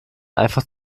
einfach